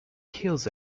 hills